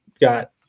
got